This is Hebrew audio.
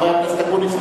חבר הכנסת אקוניס, בבקשה.